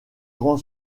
grand